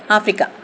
Africa